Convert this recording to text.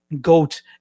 goat